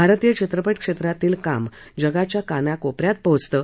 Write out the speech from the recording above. भारतीय चित्रपट क्षेत्रातील काम जगाच्या कानाकोप यात पोहचतं